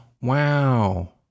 Wow